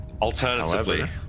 Alternatively